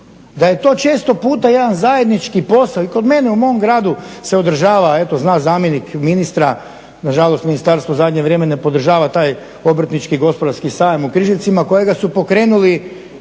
da je to često puta jedan zajednički posao. I kod mene u mom gradu se održava eto zna zamjenik ministra, nažalost ministarstvo u zadnje vrijeme ne podržava taj obrtnički-gospodarski sajam u Križevcima kojega su pokrenuli